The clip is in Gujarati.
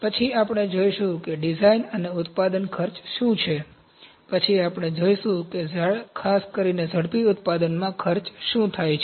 પછી આપણે જોઈશું કે ડિઝાઇન અને ઉત્પાદન ખર્ચ શું છે પછી આપણે જોઈશું કે ખાસ કરીને ઝડપી ઉત્પાદનમાં ખર્ચ શું થાય છે